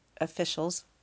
officials